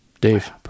Dave